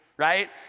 right